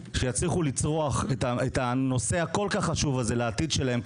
שיצליחו לצרוך את הנושא הכול כך חשוב הזה לעתיד שלהם,